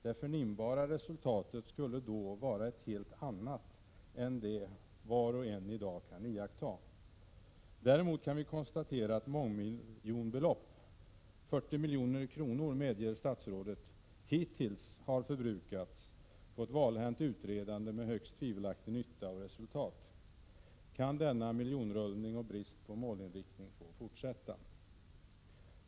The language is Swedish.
Det förnimbara resultatet skulle då vara ett helt annat än det var och en i dag kan iaktta. Däremot kan vi konstatera att mångmiljonbelopp — hittills 40 milj.kr., medger statsrådet — har förbrukats på ett valhänt utredande med högst tvivelaktig nytta och tvivelaktiga resultat. Kan denna miljonrullning och brist på målinriktning få fortsätta?